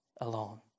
alone